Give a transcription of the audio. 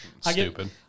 Stupid